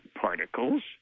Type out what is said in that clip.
particles